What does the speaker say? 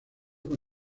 con